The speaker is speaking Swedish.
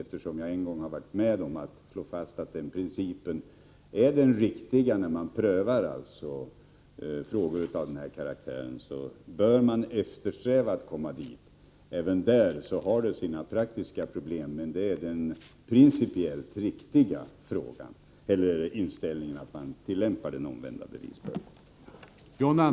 Eftersom jag en gång har varit med om att slå fast att denna princip är den riktiga när man prövar frågor av denna karaktär, bör man eftersträva att komma dithän. Även här finns det praktiska problem, men det är den principiellt riktiga inställningen att tillämpa den omvända bevisbördan.